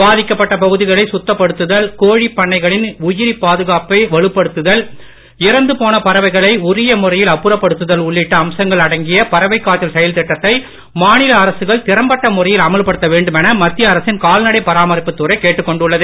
பாதிக்கப்பட்ட பகுதிகளை சுத்தப்படுத்துதல் கோழிப் பண்ணைகளின் உயிரிப் பாதுகாப்பை வலுப்படுத்துதல் இறந்து போன பறவைகளை உரிய முறையில் அப்புறப்படுத்துதல் உள்ளிட்ட அம்சங்கள் அடங்கிய பறவைக் காய்ச்சல் செயல் திட்டத்தை மாநில அரசுகள் திறம்பட்ட முறையில் அமல்படுத்த வேண்டுமென மத்திய அரசின் கால்நடை பராமரிப்புத் துறை கேட்டுக் கொண்டுள்ளது